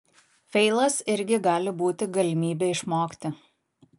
feilas irgi gali būti galimybė išmokti